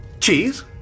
Cheese